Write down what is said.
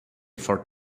for